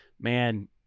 man